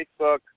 Facebook